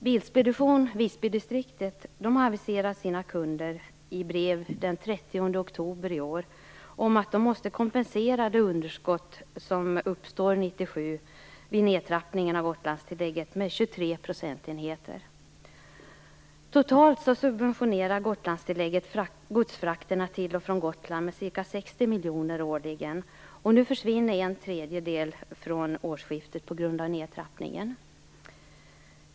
Bilspedition Visbydistriktet har i brev till sina kunder från den 30 oktober i år aviserat att de måste kompensera det underskott som uppstår 1997 vid nedtrappningen av Nu försvinner en tredjedel från årsskiftet på grund av nedtrappningen.